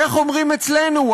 איך אומרים אצלנו?